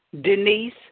Denise